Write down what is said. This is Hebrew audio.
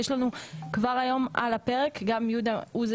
יש לנו כבר היום על הפרק ויהודה הוא זה